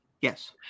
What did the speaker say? Yes